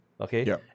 okay